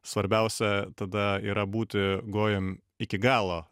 svarbiausia tada yra būti gojum iki galo